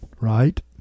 right